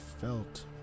felt